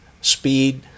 speed